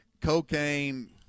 cocaine